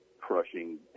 crushing